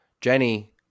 Jenny